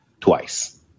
twice